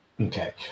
Okay